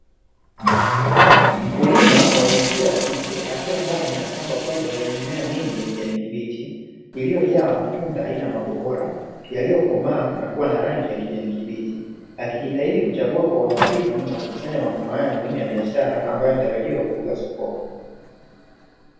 Mkulima wa jinsia ya kike akiwa ndani ya shamba kubwa lenye mimea mingi ya kijani kibichi, iliojaa matunda aina ya mabohora yaliyokomaa na kuwa ya kijani kibichi. Akijitahidi kuchagua kwa uangalifu na kukusanya matunda haya muhimu ya biashara ambayo yanatarajiwa kuuzwa sokoni.